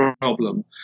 problem